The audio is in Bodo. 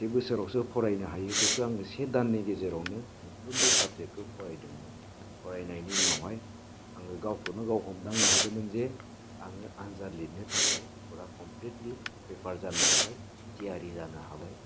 से बोसोरावसो फरायनो हायो बेखौ आङो से दाननि गेजेरावनो मोनफ्रोमबो साबजेक्टखौ फरायदोंमोन फरायनायनि उनावहाय आङो गावखौनो गाव हमदांनो हादोंमोन जे आङो आनजाद लिरनो थाखाय फुरा कमफ्लिटलि प्रिपेयार जानो हाबाय थियारि जानो हाबाय